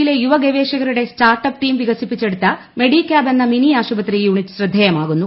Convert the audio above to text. യിലെ യുവ ഗവേഷകരുടെ സ്റ്റാർട്ടപ്പ് ടീം വികസിപ്പിച്ചെടുത്ത മെഡികാബ് എന്ന മിനി ആശുപത്രി യൂണിറ്റ് ശ്രദ്ധേയമാകുന്നു